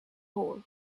hole